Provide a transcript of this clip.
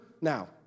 Now